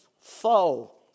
Foe